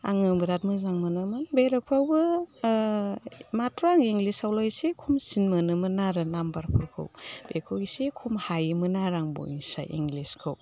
आङो बिराद मोजां मोनोमोन बेलेकफ्रावबो मात्र' आं इंलिसाव एसे खमसिन मोनोमोन आरो नाम्बारफोरखौ बेखौ एसे खम हायोमोन आरो आं बयनिसाय इंलिसखौ